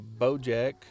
Bojack